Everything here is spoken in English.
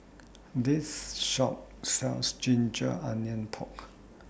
This Shop sells Ginger Onions Pork